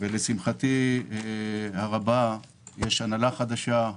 לשמחתי הרבה יש הנהלה חדשה,